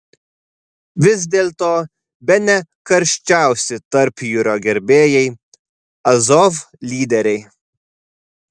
vis dėlto bene karščiausi tarpjūrio gerbėjai azov lyderiai